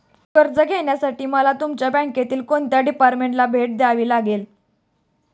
कर्ज घेण्यासाठी मला तुमच्या बँकेतील कोणत्या डिपार्टमेंटला भेट द्यावी लागेल?